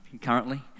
currently